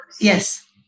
yes